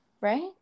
right